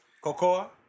Cocoa